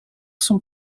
sont